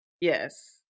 Yes